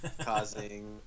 causing